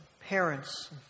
parents